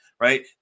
Right